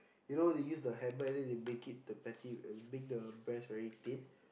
you know they use the hammer and then they make it the patty make the breast very thin